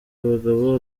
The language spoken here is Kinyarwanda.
bagabo